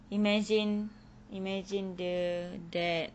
imagine imagine the dad